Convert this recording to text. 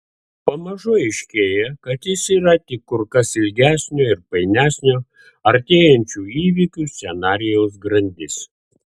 pamažu aiškėja kad jis yra tik kur kas ilgesnio ir painesnio artėjančių įvykių scenarijaus grandis